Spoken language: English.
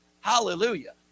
hallelujah